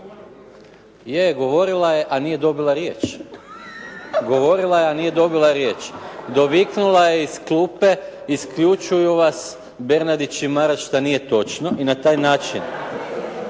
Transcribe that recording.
/Svi govore u glas./… Govorila je, a nije dobila riječ. Doviknula je iz klupe: "isključuju vas Bernardić i Maras" što nije točno i na taj način…